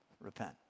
Repent